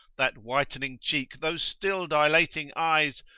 that whitening cheek, those still dilating eyes!